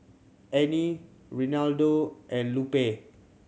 Anie Reinaldo and Lupe